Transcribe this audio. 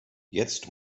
jetzt